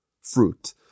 fruit